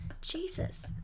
Jesus